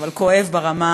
אבל כואב ברמה